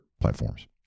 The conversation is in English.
platforms